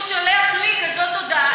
אז כשהוא שולח לי כזאת הודעה,